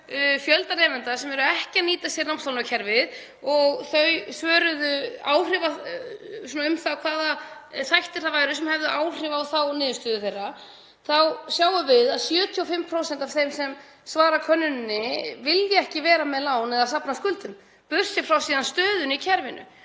fjölda nemenda sem eru ekki að nýta sér námslánakerfið og þau svöruðu hvaða þættir það væru sem hefðu áhrif á þá niðurstöðu sína. Þá sjáum við að 75% af þeim sem svara könnuninni vilja ekki vera með lán eða safna skuldum, burt séð frá síðan stöðunni í kerfinu.